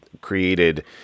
created